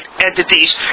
entities